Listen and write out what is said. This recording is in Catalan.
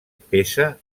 pesa